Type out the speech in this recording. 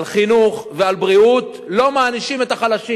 על חינוך ועל בריאות לא מענישים את החלשים.